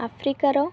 ଆଫ୍ରିକାର